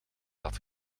dat